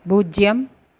பூஜ்யம்